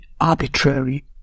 arbitrary